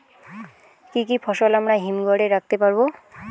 কি কি ফসল আমরা হিমঘর এ রাখতে পারব?